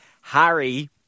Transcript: Harry